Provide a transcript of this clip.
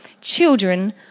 children